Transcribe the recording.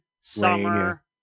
summer